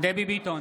דבי ביטון,